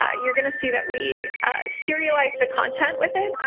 ah you're going to see that we serialized the content with it.